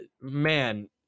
man